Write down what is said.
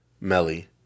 Melly